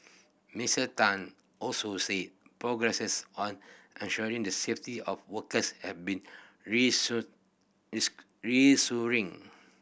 Mister Tan also said progress on ensuring the safety of workers have been reassuring